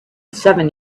seven